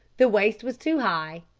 the waist was too high,